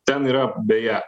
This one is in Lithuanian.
ten yra beje